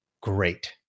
great